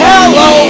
Hello